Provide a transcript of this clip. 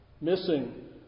Missing